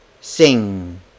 sing